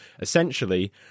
essentially